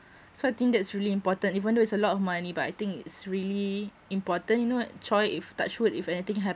so I think that's really important even though it's a lot of money but I think it's really important you know !choy! if touch wood if anything happens